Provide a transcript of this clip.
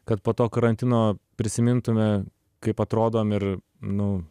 kad po to karantino prisimintume kaip atrodom ir nu